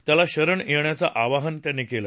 त्याला शरण येण्याचं आवाहन त्यांनी केलं